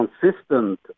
consistent